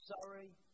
sorry